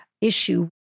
issue